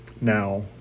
Now